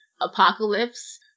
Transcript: apocalypse